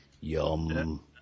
Yum